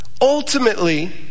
Ultimately